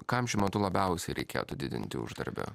kam šiuo metu labiausiai reikėtų didinti uždarbio